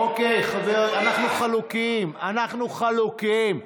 אוקיי, אנחנו חלוקים, אנחנו חלוקים.